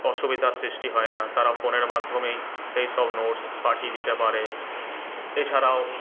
অসুবিধার সৃষ্টি হয় না তারা ফোনের মাধ্যমেই সেই সব নোটস পাঠিয়ে দিতে পারে এছাড়াও